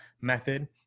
method